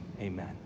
Amen